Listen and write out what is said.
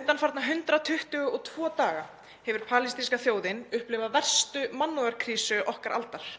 Undanfarna 122 daga hefur palestínska þjóðin upplifað verstu mannúðarkrísu okkar aldar.